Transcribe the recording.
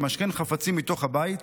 למשכן חפצים מתוך הבית,